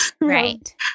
right